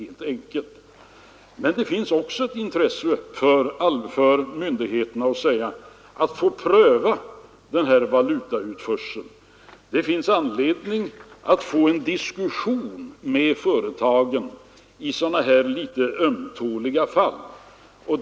Men det finns också ett intresse för myndigheterna att få pröva valutautförseln. Det finns anledning att föra en diskussion med företagen i sådana här litet ömtåliga fall.